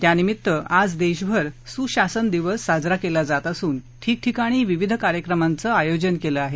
त्यानिमित्त आज देशभर सुशासन दिवस साजरा केला जात असून ठीकठिकाणी विविध कार्यक्रमांचं आयोजन केलं आहे